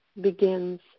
begins